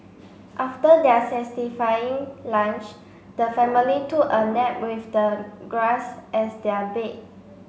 after their satisfying lunch the family took a nap with the grass as their bed